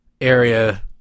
area